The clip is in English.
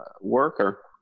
worker